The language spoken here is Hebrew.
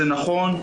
נכון,